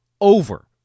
over